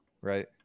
right